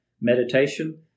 Meditation